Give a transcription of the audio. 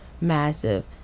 massive